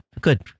good